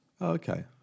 Okay